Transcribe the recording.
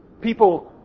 People